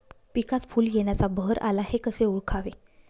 पिकात फूल येण्याचा बहर आला हे कसे ओळखावे?